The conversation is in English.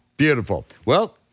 beautiful, well,